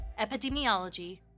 Epidemiology